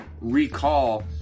recall